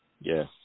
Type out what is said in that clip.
Yes